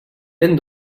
ben